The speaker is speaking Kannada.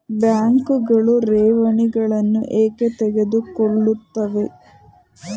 ಬ್ಯಾಂಕುಗಳು ಠೇವಣಿಗಳನ್ನು ಏಕೆ ತೆಗೆದುಕೊಳ್ಳುತ್ತವೆ?